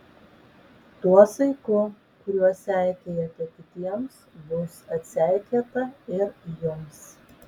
tuo saiku kuriuo seikėjate kitiems bus atseikėta ir jums